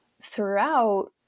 throughout